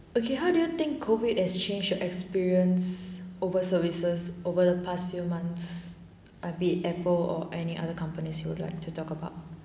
okay how do you think COVID has change your experience over services over the past few months a bit apple or any other companies you would like to talk about